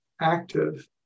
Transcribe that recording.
active